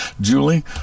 julie